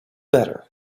better